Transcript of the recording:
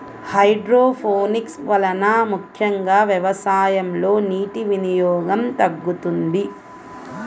hydroponics వలన ముఖ్యంగా వ్యవసాయంలో నీటి వినియోగం తగ్గుతుంది